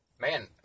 man